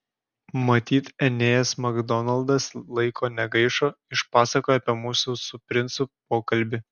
matyt enėjas makdonaldas laiko negaišo išpasakojo apie mūsų su princu pokalbį